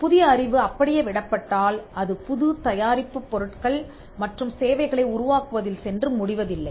புதிய அறிவு அப்படியே விடப்பட்டால் அது புது தயாரிப்பு பொருட்கள் மற்றும் சேவைகளை உருவாக்குவதில் சென்று முடிவதில்லை